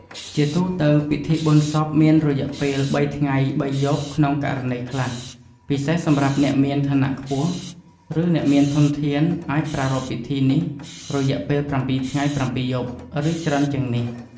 ជាទូទៅ ពិធីបុណ្យសពមានរយៈពេល ៣ ថ្ងៃ ៣ យប់ ក្នុងករណីខ្លះ ពិសេសសម្រាប់អ្នកមានឋានៈខ្ពស់ ឬអ្នកមានធនធាន អាចប្រារព្ធពិធីនេះរយៈពេល ៧ ថ្ងៃ ៧ យប់ ឬច្រើនជាងនេះ។